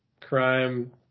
crime